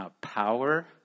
power